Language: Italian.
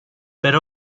per